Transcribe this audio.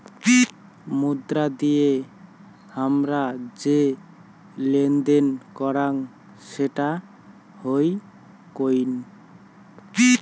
মুদ্রা দিয়ে হামরা যে লেনদেন করাং সেটা হই কোইন